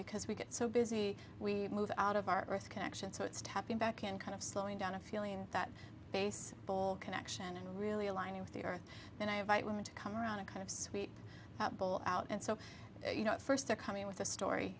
because we get so busy we move out of our earth connection so it's tapping back and kind of slowing down a feeling that base ball connection and really aligning with the earth then i want to come around to kind of sweep bull out and so you know at first they're coming with a story